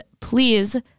Please